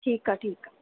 ठीकु आहे ठीकु आहे